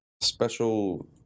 special